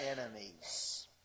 enemies